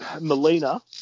Melina